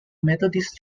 methodist